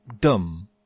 dumb